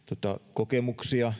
kokemuksia